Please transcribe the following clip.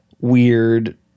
weird